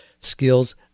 skills